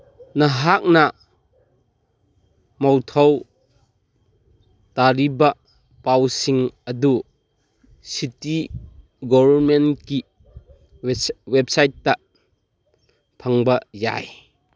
ꯅꯍꯥꯛꯅ ꯃꯧꯊꯧ ꯇꯥꯔꯤꯕ ꯄꯥꯎꯁꯤꯡ ꯑꯗꯨ ꯁꯤꯇꯤ ꯒꯣꯕꯔꯃꯦꯟꯀꯤ ꯋꯦꯞꯁꯥꯏꯠꯇ ꯐꯪꯕ ꯌꯥꯏ